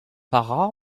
petra